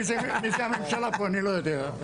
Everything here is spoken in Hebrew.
אני לא יודע.